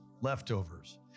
leftovers